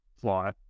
fly